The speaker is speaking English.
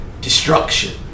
destruction